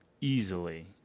easily